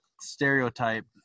Stereotype